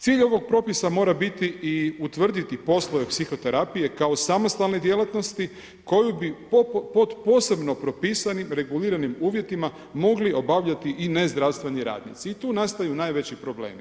Cilj ovog propisa mora biti i utvrditi poslove psihoterapije kao samostalne djelatnosti koju bi pod posebno propisanim reguliranim uvjetima mogli obavljati i nezdravstveni radnici i tu nastaju najveći problemi.